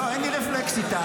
לא, אין לי רפלקס איתה.